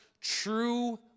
true